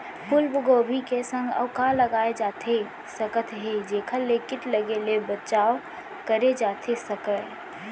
फूलगोभी के संग अऊ का लगाए जाथे सकत हे जेखर ले किट लगे ले बचाव करे जाथे सकय?